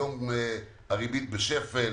היום הריבית בשפל